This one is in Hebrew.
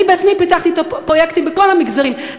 אני בעצמי פיתחתי פרויקטים בכל המגזרים,